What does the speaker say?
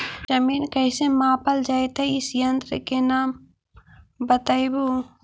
जमीन कैसे मापल जयतय इस यन्त्र के नाम बतयबु?